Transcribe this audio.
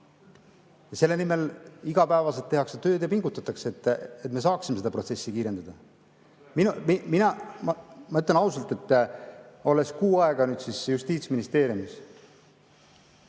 Ja selle nimel igapäevaselt tehakse tööd ja pingutatakse, et me saaksime seda protsessi kiirendada. Ma ütlen ausalt, olles kuu aega olnud Justiitsministeeriumis,